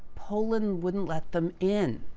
poland wouldn't let them in.